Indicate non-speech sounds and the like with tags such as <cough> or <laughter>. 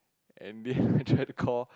and then <laughs> I try to call